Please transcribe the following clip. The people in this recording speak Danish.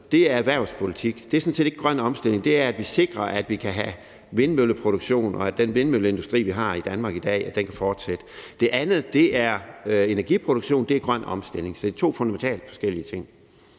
er erhvervspolitik; det er sådan set ikke grøn omstilling. Det er, at vi sikrer, at vi kan have vindmølleproduktion, og at den vindmølleindustri, vi har i Danmark i dag, kan fortsætte. Det andet er energiproduktion, og det er grøn omstilling. Så det er to fundamentalt forskellige ting.